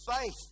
faith